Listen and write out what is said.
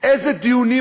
אדוני